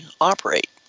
operate